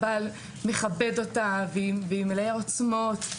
הבעל מכבד אותה והיא מלאת עוצמות,